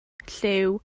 llyw